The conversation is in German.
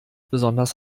besonders